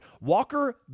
Walker